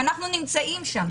ואנחנו נמצאים שם.